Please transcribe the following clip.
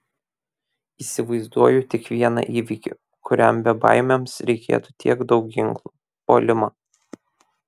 įsivaizduoju tik vieną įvykį kuriam bebaimiams reikėtų tiek daug ginklų puolimą